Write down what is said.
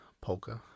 Polka